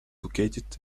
located